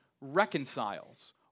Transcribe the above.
reconciles